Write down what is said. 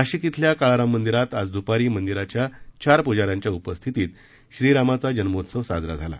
नाशिक इथल्या काळाराम मंदिरात आज दुपारी मंदिराच्या चार पुजाऱ्यांच्या उपस्थितीत श्रीरामाचा जन्मोत्सव साजरा झाला